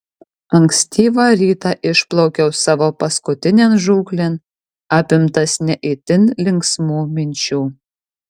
ankstyvą rytą išplaukiau savo paskutinėn žūklėn apimtas ne itin linksmų minčių